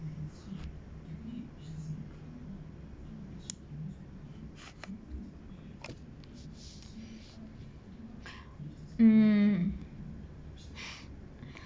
mm